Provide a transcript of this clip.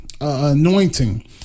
anointing